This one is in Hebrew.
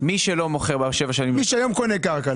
מי שלא מוכר בשבע השנים --- מי שקונה היום קרקע.